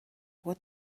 what